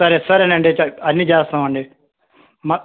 సరే సరే సరేనండి చ అన్నీ చేస్తామండి మ